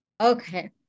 Okay